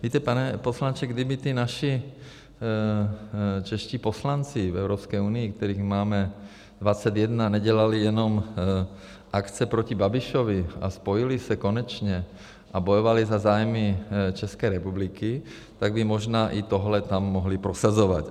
Víte, pane poslanče, kdyby ti naši čeští poslanci v Evropské unii, kterých máme 21, nedělali jenom akce proti Babišovi a spojili se konečně a bojovali za zájmy České republiky, tak by možná i tohle tam mohli prosazovat.